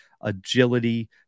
agility